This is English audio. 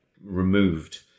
removed